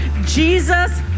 Jesus